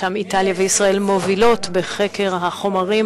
שם איטליה וישראל מובילות בחקר החומרים